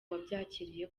wabyakiriye